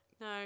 No